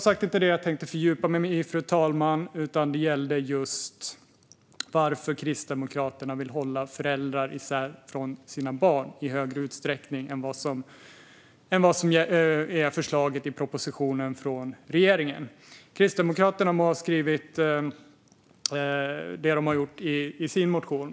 Jag tänkte som sagt inte fördjupa mig i det, utan detta gäller varför Kristdemokraterna vill hålla föräldrar isär från sina barn i större utsträckning än vad regeringen föreslår i propositionen. Kristdemokraterna må ha skrivit som de har gjort i sin motion.